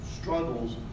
struggles